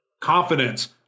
Confidence